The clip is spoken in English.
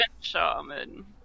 Shaman